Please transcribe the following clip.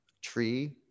Tree